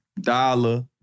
Dollar